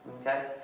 okay